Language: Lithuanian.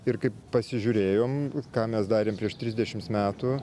ir kai pasižiūrėjom ką mes darėm prieš trisdešimts metų